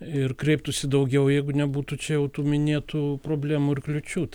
ir kreiptųsi daugiau jeigu nebūtų čia jau tų minėtų problemų ir kliūčių